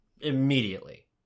immediately